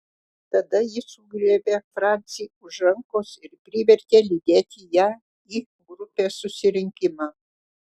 tada ji sugriebė francį už rankos ir privertė lydėti ją į grupės susirinkimą